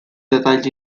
detalls